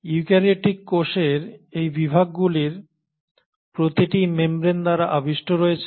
eukaryotic কোষের এই বিভাগগুলির প্রতিটিই মেমব্রেন দ্বারা আবিষ্ট রয়েছে